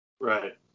Right